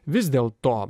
vis dėl to